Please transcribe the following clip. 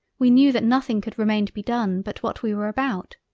we knew that nothing could remain to be done but what we were about.